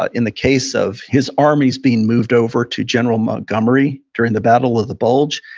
but in the case of his armies being moved over to general montgomery during the battle of the bulge,